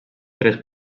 tres